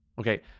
okay